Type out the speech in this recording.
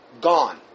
Gone